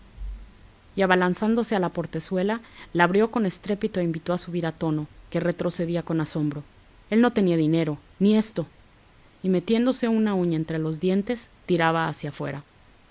y abalanzándose a la portezuela la abrió con estrépito e invitó a subir a tono que retrocedía con asombro él no tenía dinero ni esto y metiéndose una uña entre los dientes tiraba hacia afuera